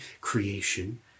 creation